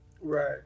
Right